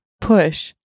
push